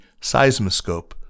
seismoscope